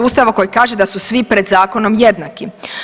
Ustava koji kaže da su svi pred zakonom jednaki.